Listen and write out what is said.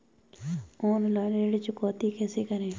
Online ऋण चुकौती कैसे करें?